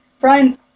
Brian